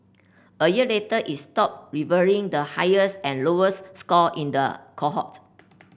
a year later its stopped revealing the highest and lowest score in the cohort